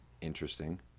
Interesting